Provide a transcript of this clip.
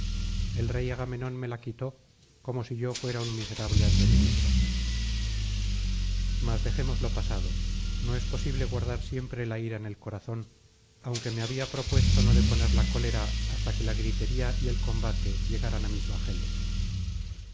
el rey agamenón me la quitó como si yo fuera un miserable advenedizo mas dejemos lo pasado no es posible guardar siempre la ira en el corazón aunque me había propuesto no deponer la cólera hasta que la gritería y el combate llegaran á mis bajeles